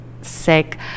sick